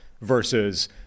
versus